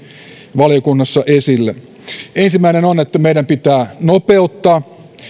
valiokunnassa esille ensimmäinen on että meidän pitää nopeuttaa